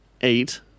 eight